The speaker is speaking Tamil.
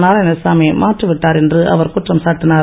நாராயணசாமி மாற்றி விட்டார் என்று அவர் குற்றம் சாட்டினார்